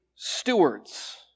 Stewards